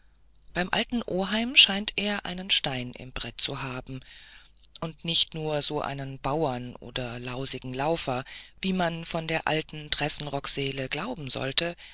beim alten oheim scheint er einen stein im brett zu haben und nicht nur so einen bauern oder lausigen laufer wie man von der alten tressenrockseele glauben sollte